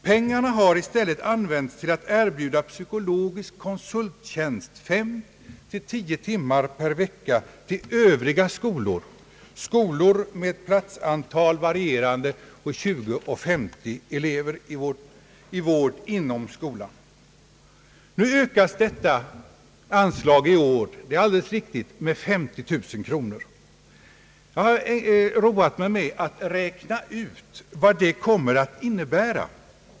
Pengarna har i stället använts till att erbjuda psykologisk konsulttjänst 5—10 timmar per vecka till övriga skolor med platsantal varierande mellan 20 och 50 elever i vård inom skolan. Det är alldeles riktigt att detta anslag i år ökas med 50 000 kronor. Jag har roat mig att räkna ut vad det kommer att innebära.